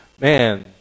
man